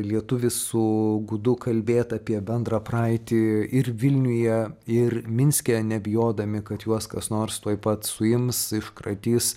lietuvis su gudu kalbėt apie bendrą praeitį ir vilniuje ir minske nebijodami kad juos kas nors tuoj pat suims iškratys